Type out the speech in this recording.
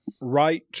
right